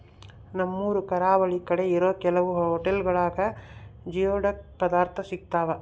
ನಮ್ಮೂರು ಕರಾವಳಿ ಕಡೆ ಇರೋ ಕೆಲವು ಹೊಟೆಲ್ಗುಳಾಗ ಜಿಯೋಡಕ್ ಪದಾರ್ಥ ಸಿಗ್ತಾವ